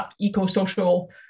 eco-social